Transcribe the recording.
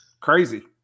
crazy